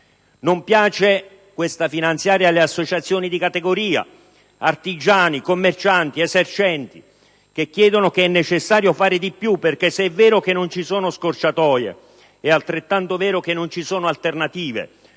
beneficiari. Questa finanziaria non piace alle associazioni di categoria, artigiani, commercianti, esercenti, che chiedono di fare di più perché, se è vero che non ci sono scorciatoie, è altrettanto vero che non ci sono alternative: